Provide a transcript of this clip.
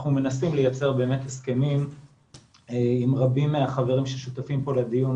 אנחנו מנסים לייצר הסכמים עם רבים מהחברים ששותפים פה לדיון.